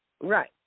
Right